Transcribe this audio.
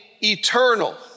eternal